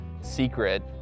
secret